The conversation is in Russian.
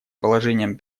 положением